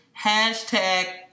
Hashtag